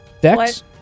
Dex